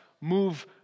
move